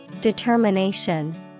Determination